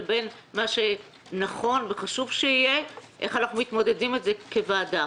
לבין מה שנכון וחשוב שיהיה - איך אנחנו מתמודדים עם זה כוועדה.